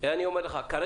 צורך בתיקון.